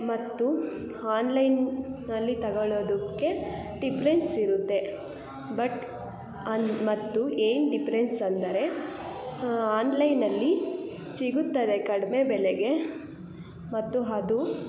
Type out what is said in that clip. ಮತ್ತು ಆನ್ಲೈನ್ನಲ್ಲಿ ತಗೊಳೋದಕ್ಕೆ ಡಿಪ್ರೆನ್ಸ್ ಇರುತ್ತೆ ಬಟ್ ಅನ್ನು ಮತ್ತು ಏನು ಡಿಪ್ರೆನ್ಸ್ ಅಂದರೆ ಆನ್ಲೈನಲ್ಲಿ ಸಿಗುತ್ತದೆ ಕಡಿಮೆ ಬೆಲೆಗೆ ಮತ್ತು ಅದು